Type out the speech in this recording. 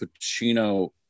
pacino